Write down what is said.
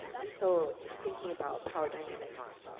and so thinking about power dynamics,